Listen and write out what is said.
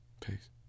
Peace